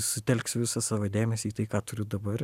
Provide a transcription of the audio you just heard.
sutelksiu visą savo dėmesį į tai ką turiu dabar